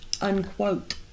Unquote